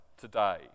today